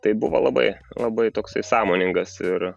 tai buvo labai labai toksai sąmoningas ir